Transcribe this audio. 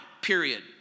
period